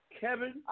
Kevin